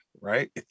right